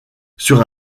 sur